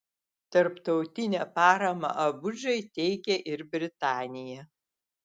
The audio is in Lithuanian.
tarptautinę paramą abudžai teikia ir britanija